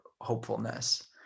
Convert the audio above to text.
hopefulness